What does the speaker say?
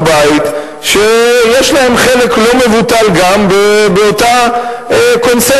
בבית שיש להם חלק לא מבוטל גם באותה קונספציה.